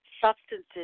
substances